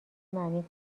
معنی